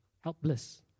helpless